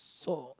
so